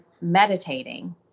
meditating